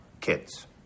kids